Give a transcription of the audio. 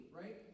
right